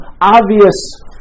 obvious